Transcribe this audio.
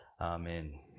Amen